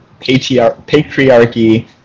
patriarchy